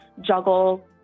juggle